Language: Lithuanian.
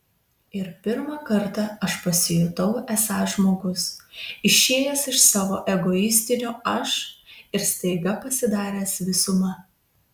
ir pirmą kartą aš pasijutau esąs žmogus išėjęs iš savo egoistinio aš ir staiga pasidaręs visuma